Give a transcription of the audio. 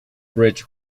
bridge